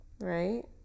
right